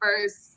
first –